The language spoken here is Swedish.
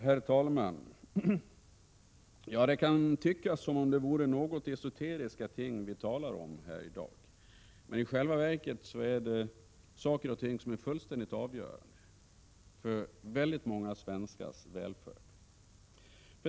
Herr talman! Det kan tyckas som om det vore något esoteriska ting vi talade om här i dag, men i själva verket är det om saker som är fullständigt avgörande för väldigt många svenskars välfärd.